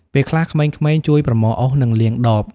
ពេលខ្លះក្មេងៗជួយប្រមូលអុស និងលាងដប។